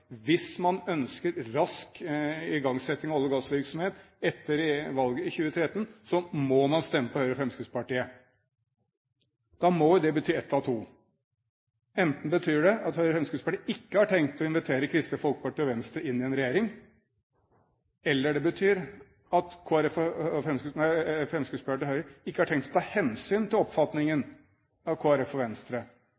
hvis man ønsker rask igangsetting av olje- og gassvirksomhet etter valget i 2013, må man stemme på Høyre og Fremskrittspartiet. Da må jo det bety ett av to: Enten betyr det at Høyre og Fremskrittspartiet ikke har tenkt å invitere Kristelig Folkeparti og Venstre inn i en regjering, eller det betyr at Fremskrittspartiet og Høyre ikke har tenkt å ta hensyn til oppfatningen